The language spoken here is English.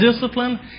discipline